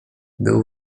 był